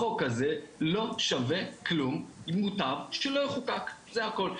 החוק הזה לא שווה כלום ומוטב שלא יחוקק, זה הכול.